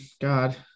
God